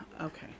okay